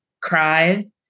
cried